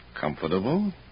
Comfortable